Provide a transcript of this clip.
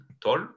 Tall